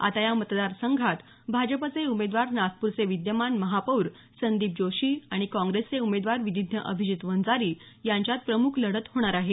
आता या मतदार संघात भाजपचे उमेदवार नागपूरचे विद्यमान महापौर संदीप जोशी आणि काँग्रेसचे उमेदवार विधीज्ञ अभिजीत वंजारी यांच्यात प्रमुख लढत होणार आहे